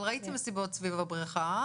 אבל ראיתי מסיבות סביב הבריכה.